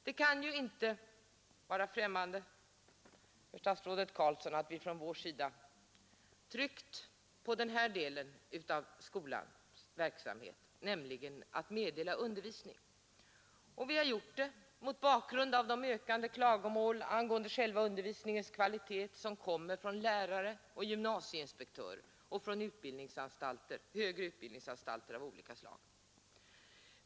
Det kan ju inte vara främmande för statsrådet Carlsson att vi från vår sida tryckt på den här delen av skolans verksamhet, nämligen att meddela undervisning. Vi har gjort detta mot bakgrund av de ökande klagomål angående själva undervisningens kvalitet som kommer från lärare och gymnasieinspektörer och från högre utbildningsanstalter av olika slag.